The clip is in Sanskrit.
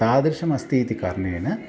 तादृशमस्ति इति कारणेन